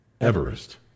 Everest